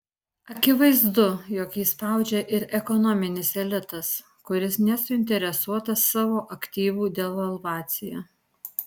akivaizdu jog jį spaudžia ir ekonominis elitas kuris nesuinteresuotas savo aktyvų devalvacija